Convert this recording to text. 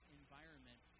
environment